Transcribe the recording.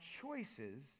choices